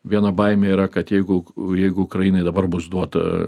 viena baimė yra kad jeigu jeigu ukrainai dabar bus duota